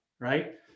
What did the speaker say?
right